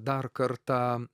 dar kartą